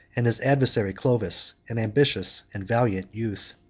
and his adversary clovis an ambitious and valiant youth.